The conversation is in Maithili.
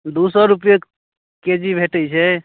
दू सए रुपैये के जी भेटै छै